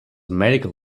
medical